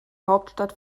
hauptstadt